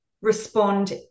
respond